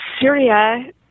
Syria